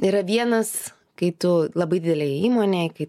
yra vienas kai tu labai didelėj įmonėj kai